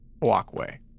walkway